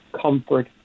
comfort